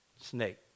Snake